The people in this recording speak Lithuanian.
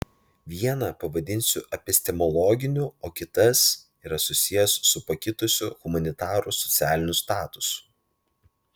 vieną pavadinsiu epistemologiniu o kitas yra susijęs su pakitusiu humanitarų socialiniu statusu